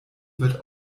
wird